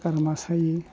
गारमा सायो